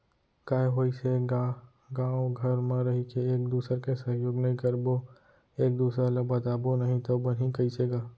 काय होइस हे गा गाँव घर म रहिके एक दूसर के सहयोग नइ करबो एक दूसर ल बताबो नही तव बनही कइसे गा